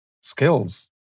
skills